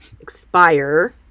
expire